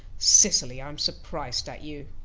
cecily! i am surprised at you.